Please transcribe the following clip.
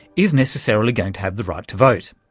is necessarily going to have the right to vote.